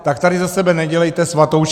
Tak tady ze sebe nedělejte svatoušky.